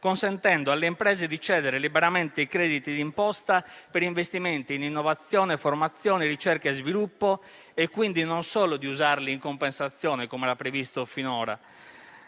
consentendo alle imprese di cedere liberamente i crediti d'imposta per investimenti in innovazione e formazione e in ricerca e sviluppo e, quindi, non solo di usarli in compensazione, come era previsto finora.